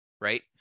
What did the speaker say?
right